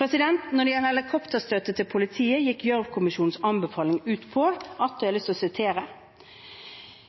Når det gjelder helikopterstøtte til politiet, gikk Gjørv-kommisjonens anbefaling ut på: